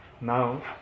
Now